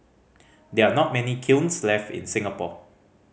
there are not many kilns left in Singapore